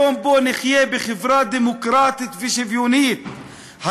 היום שבו נחיה בחברה דמוקרטית ושוויונית,